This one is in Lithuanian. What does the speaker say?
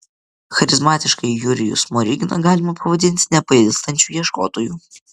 charizmatiškąjį jurijų smoriginą galima pavadinti nepailstančiu ieškotoju